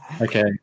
Okay